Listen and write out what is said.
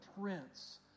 prince